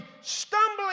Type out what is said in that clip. stumbling